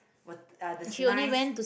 wit~ uh this nice